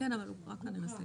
כן, אבל הוקרא כנראה סעיף ו'.